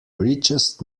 richest